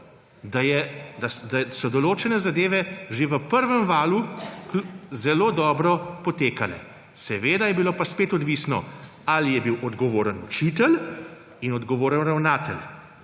Da so določene zadeve že v prvem valu zelo dobro potekale. Seveda je bilo pa spet odvisno, ali je bil ogovoren učitelj in odgovoren ravnatelj.